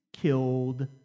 killed